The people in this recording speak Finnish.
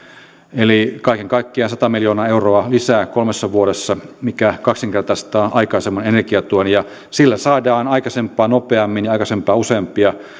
eli kaiken kaikkiaan sata miljoonaa euroa lisää kolmessa vuodessa mikä kaksinkertaistaa aikaisemman energiatuen ja sillä saadaan aikaisempaa nopeammin ja aikaisempaa useampia